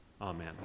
Amen